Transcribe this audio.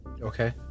Okay